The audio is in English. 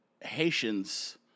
Haitians